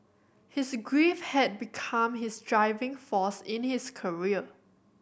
his grief had become his driving force in his career